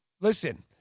listen